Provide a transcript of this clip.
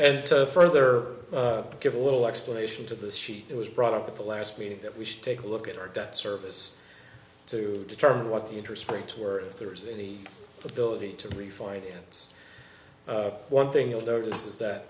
and to further give a little explanation to this she it was brought up at the last meeting that we should take a look at our debt service to determine what the interest rates were if there was any ability to refinance one thing you'll notice is that